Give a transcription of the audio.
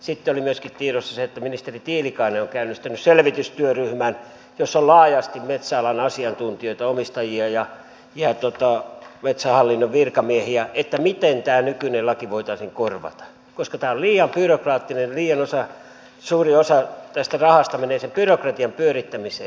sitten oli myöskin tiedossa se että ministeri tiilikainen on käynnistänyt selvitystyöryhmän jossa on laajasti metsäalan asiantuntijoita omistajia ja metsähallinnon virkamiehiä selvittämään miten tämä nykyinen laki voitaisiin korvata koska tämä on liian byrokraattinen ja liian suuri osa tästä rahasta menee sen byrokratian pyörittämiseen